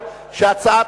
הצעת